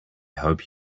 hope